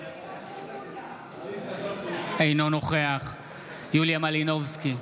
אינו נוכח יוליה מלינובסקי,